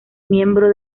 miembro